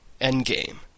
endgame